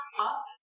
up